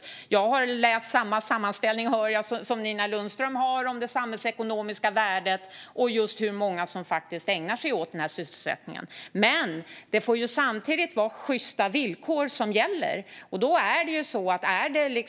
Jag hör att jag har läst samma sammanställning som Nina Lundström om det samhällsekonomiska värdet och hur många som faktiskt ägnar sig åt den här sysselsättningen. Samtidigt ska det vara sjysta villkor.